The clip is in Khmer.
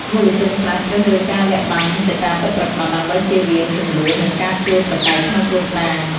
យុវជនខ្លះជ្រើសរើសការលាក់បាំងមហិច្ឆតាពិតប្រាកដ ដើម្បីជៀសវាងជម្លោះ និងការឈ្លោះប្រកែកក្នុងគ្រួសារ។